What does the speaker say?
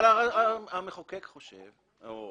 אבל המחוקק חושב, או